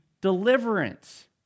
deliverance